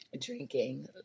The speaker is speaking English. drinking